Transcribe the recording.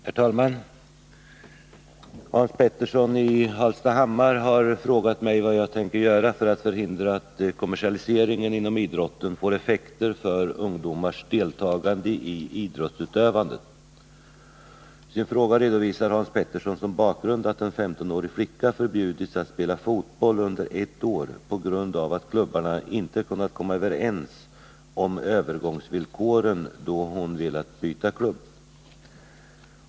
Herr talman! Hans Petersson i Hallstahammar har frågat mig vad jag tänker göra för att förhindra att kommersialiseringen inom idrotten får effekter för ungdomars deltagande i idrottsutövandet. I sin fråga redovisar Hans Petersson som bakgrund att en 15-årig flicka förbjudits att spela fotboll under ett år på grund av att klubbarna inte kunnat komma överens om övergångsvillkoren då hon velat byta klubb.